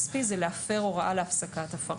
העילה להטלת עיצום כספי היא הפרת הוראה להפסקת הפרה.